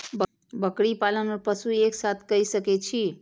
बकरी पालन ओर पशु एक साथ कई सके छी?